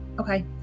Okay